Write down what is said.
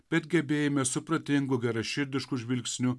bet gebėjime supratingu geraširdišku žvilgsniu